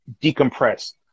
decompress